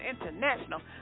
International